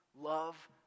Love